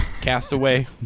Castaway